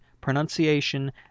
pronunciation